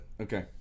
Okay